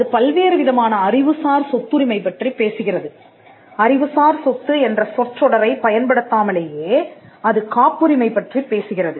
அது பல்வேறுவிதமான அறிவுசார் சொத்துரிமை பற்றிப் பேசுகிறது அறிவுசார் சொத்து என்ற சொற்றொடரை பயன்படுத்தாமலேயே அது காப்புரிமை பற்றிப் பேசுகிறது